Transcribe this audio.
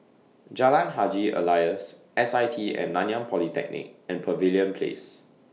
Jalan Haji Alias S I T and Nanyang Polytechnic and Pavilion Place